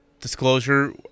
disclosure